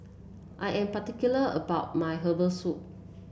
I am particular about my Herbal Soup